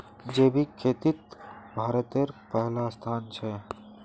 जैविक खेतित भारतेर पहला स्थान छे